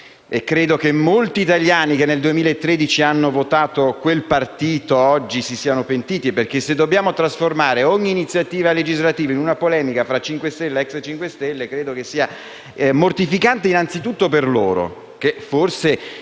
Credo che molti italiani che nel 2013 hanno votato quel partito oggi si siano pentiti, perché se dobbiamo trasformare ogni iniziativa legislativa in una polemica tra 5 Stelle ed ex 5 Stelle, credo sia mortificante innanzitutto per loro che, forse,